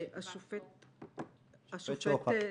השופט שוחט.